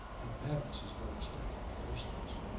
and madness is no respecter of persons.